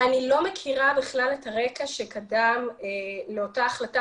אני לא מכירה בכלל את הרקע שקדם לאותה החלטה